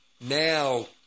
now